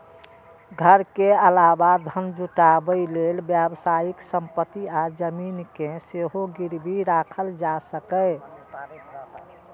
घर के अलावा धन जुटाबै लेल व्यावसायिक संपत्ति आ जमीन कें सेहो गिरबी राखल जा सकैए